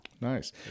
Nice